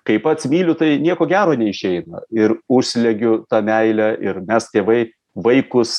kai pats myliu tai nieko gero neišeina ir užslegiu tą meilę ir mes tėvai vaikus